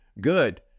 good